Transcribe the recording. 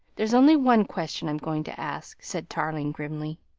there's only one question i'm going to ask, said tarling grimly.